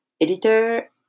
editor